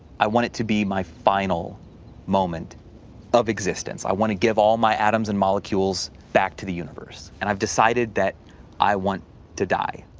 i want it to be my final moment of existence, i wanna give all my atoms and molecules back to the universe, and i've decided that i want to die.